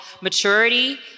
maturity